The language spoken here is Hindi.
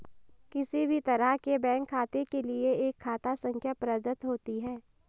किसी भी तरह के बैंक खाते के लिये एक खाता संख्या प्रदत्त होती है